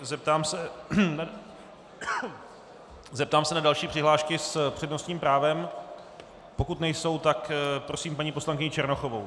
Zeptám se na další přihlášky s přednostním právem pokud nejsou, tak prosím paní poslankyni Černochovou.